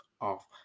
off